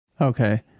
Okay